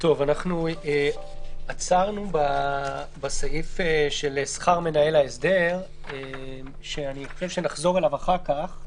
אנחנו עצרנו בסעיף של שכר מנהל ההסדר ונחזור אליו אחר כך.